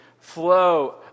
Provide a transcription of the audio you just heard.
flow